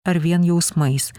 ar vien jausmais